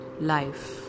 Life